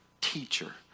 teacher